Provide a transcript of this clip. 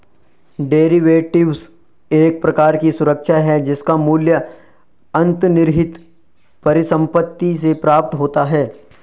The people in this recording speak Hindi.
डेरिवेटिव्स एक प्रकार की सुरक्षा है जिसका मूल्य अंतर्निहित परिसंपत्ति से प्राप्त होता है